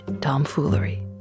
tomfoolery